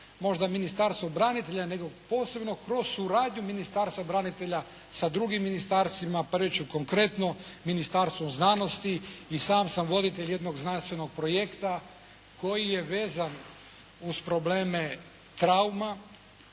možda Ministarstvo branitelja nego posebno kroz suradnju Ministarstva branitelja sa drugim ministarstvima, pa reći ću konkretno Ministarstvo znanosti. I sam sam voditelj jednog znanstvenog projekta koji je vezan uz probleme trauma